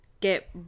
get